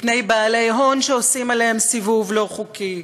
מפני בעלי הון שעושים עליהם סיבוב לא חוקי.